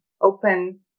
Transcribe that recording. open